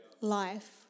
life